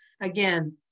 again